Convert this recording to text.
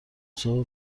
صبح